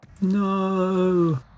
No